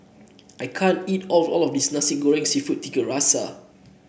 I can't eat all of this Nasi Goreng seafood Tiga Rasa